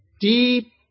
Deep